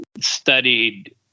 studied